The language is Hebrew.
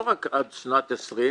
לא רק עד שנת 20',